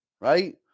Right